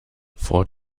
vor